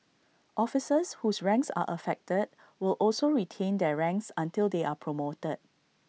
officers whose ranks are affected will also retain their ranks until they are promoted